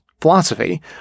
philosophy